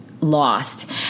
lost